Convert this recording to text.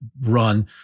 run